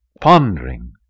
pondering